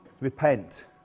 repent